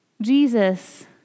Jesus